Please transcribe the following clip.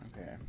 Okay